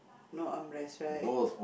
no armrest right